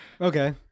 Okay